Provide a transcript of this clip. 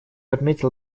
отметил